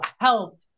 help